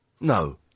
No